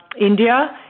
India